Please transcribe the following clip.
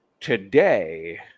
Today